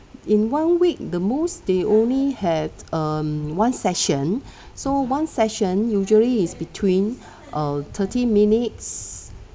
in one week the most they only had um one session so one session usually is between uh thirty minutes